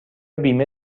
بیمه